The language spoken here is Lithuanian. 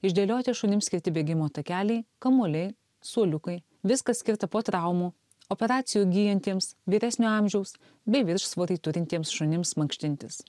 išdėlioti šunims skirti bėgimo takeliai kamuoliai suoliukai viskas skirta po traumų operacijų gijantiems vyresnio amžiaus bei viršsvorį turintiems šunims mankštintis